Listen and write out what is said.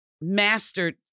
mastered